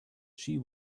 she